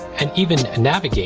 and even navigate